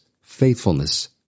faithfulness